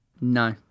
No